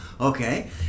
Okay